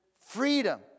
freedom